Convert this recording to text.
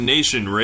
Nation